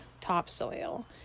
topsoil